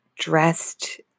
dressed